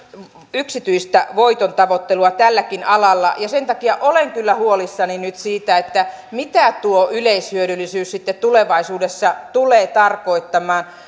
yksityistä voitontavoittelua tälläkin alalla sen takia olen kyllä huolissani nyt siitä mitä tuo yleishyödyllisyys sitten tulevaisuudessa tulee tarkoittamaan